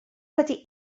wedi